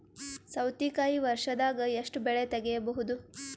ಸೌತಿಕಾಯಿ ವರ್ಷದಾಗ್ ಎಷ್ಟ್ ಬೆಳೆ ತೆಗೆಯಬಹುದು?